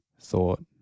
thought